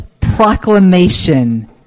proclamation